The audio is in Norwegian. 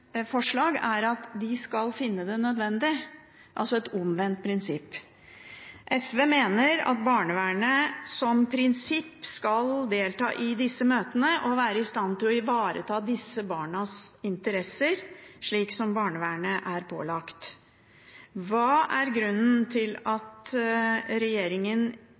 forslag er at de skal finne det nødvendig – altså et omvendt prinsipp. SV mener at barnevernet som prinsipp skal delta i disse møtene og være i stand til å ivareta disse barnas interesser, slik som barnevernet er pålagt. Hva er grunnen til at regjeringen